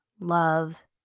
love